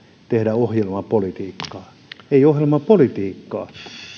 tehdä ohjelmapolitiikkaa niin ei ohjelmapolitiikkaa